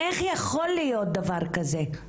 איך יכול להיות דבר כזה?